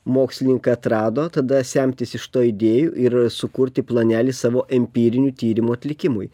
mokslininkai atrado tada semtis iš to idėjų ir sukurti planelį savo empirinių tyrimų atlikimui